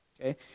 okay